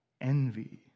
Envy